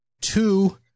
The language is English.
two